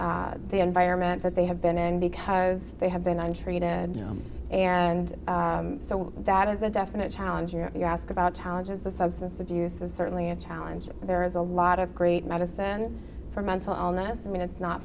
medicating the environment that they have been in because they have been treated and so that is a definite challenge you know you ask about challenges the substance abuse is certainly a challenge there is a lot of great medicine for mental illness i mean it's not